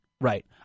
Right